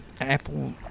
Apple